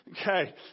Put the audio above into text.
Okay